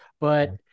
But-